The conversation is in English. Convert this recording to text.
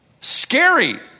scary